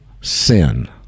Sin